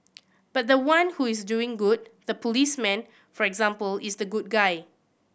but the one who is doing good the policeman for example is the good guy